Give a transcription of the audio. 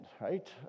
right